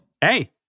Hey